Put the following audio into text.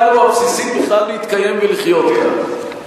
הבסיסית בכלל להתקיים ולחיות כאן,